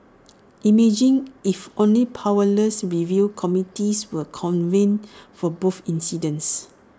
imagine if only powerless review committees were convened for both incidents